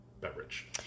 beverage